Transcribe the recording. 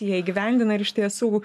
jie įgyvendina ir iš tiesų